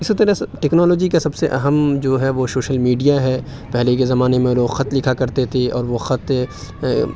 اِسی طرح ٹیکنالوجی کا سب سے اہم جو ہے وہ شوشل میڈیا ہے پہلے کے زمانے میں لوگ خط لکھا کرتے تھے اور وہ خط